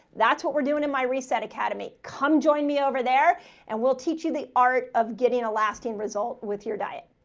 that's what we're doing in my reset academy. come join me over there and we'll teach you the art of getting a lasting result with your diet.